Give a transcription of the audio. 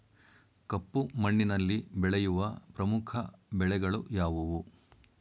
ಕಪ್ಪು ಮಣ್ಣಿನಲ್ಲಿ ಬೆಳೆಯುವ ಪ್ರಮುಖ ಬೆಳೆಗಳು ಯಾವುವು?